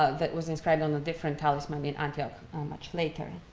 ah that was inscribed on a different talisman in antioch much later.